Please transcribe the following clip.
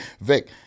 Vic